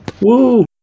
Woo